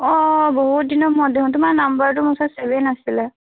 অঁ বহুত দিনৰ মূৰত দেখোন তোমাৰ নাম্বাৰটো মোৰ ওচৰত চেভেই নাছিলে